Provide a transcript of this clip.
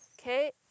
Okay